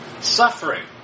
Suffering